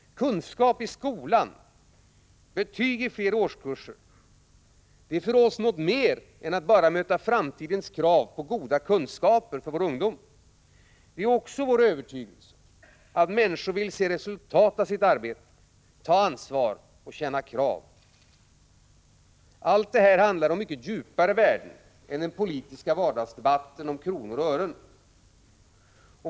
Kunskap i skolan och betyg i flera årskurser är för oss något mer än att bara möta framtidens krav på goda kunskaper för vår ungdom. Det är också vår övertygelse att människor vill se resultat av sitt arbete, ta ansvar och känna krav. Allt detta handlar om mycket djupare värden än den politiska vardagsdebatten om kronor och ören.